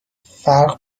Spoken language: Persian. فرق